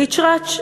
ריצ'רץ'?